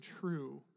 true